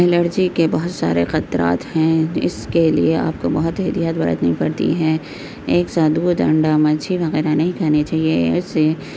allergy کے بہت سارے خطرات ہیں اس کے لیے آپ کو بہت احتیاط برتنی پڑتی ہے ایک ساتھ دودھ انڈا مچھی وغیرہ نہیں کھانی چاہیے اس سے